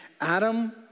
Adam